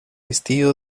estío